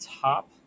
top